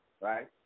Right